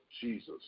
Jesus